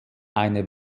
eine